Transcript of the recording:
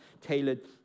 tailored